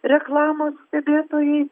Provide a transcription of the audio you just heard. reklamos stebėtojai